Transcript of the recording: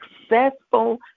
successful